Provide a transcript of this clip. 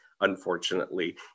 unfortunately